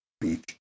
beach